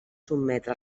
sotmetre